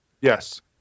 Yes